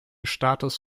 status